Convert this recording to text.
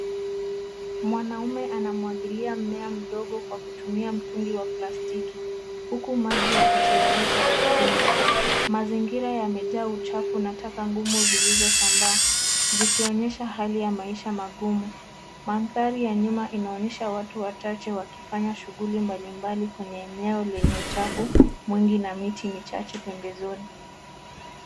Mwanaume anamwagilia mmea mdogo kwa kutumia mtungi wa plastiki, huku maji yakitiririka ardhini. Mazingira yamejaa uchafu na taka ngumu zilizosambaa zikionyesha hali ya maisha magumu. Mandhari ya nyuma inaonyesha watu wachache wakifanya shughuli mbalimbali kwenye eneo lenye uchafu mwingi na miti michache pembezoni.